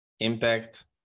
Impact